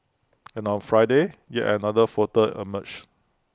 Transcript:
and on Friday yet another photo emerged